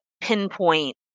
pinpoint